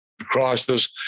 crisis